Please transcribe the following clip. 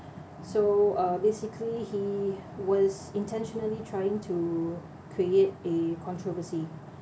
so uh basically he was intentionally trying to create a controversy